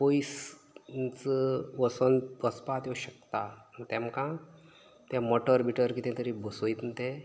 पयस उंच वोसोन वचपा त्यो शकता तेमकां ते मोटोर बिटोर कितें तरी बोसोयतन ते